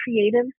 creative